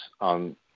on